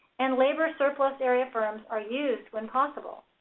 and labor surplus area firms are used when possible.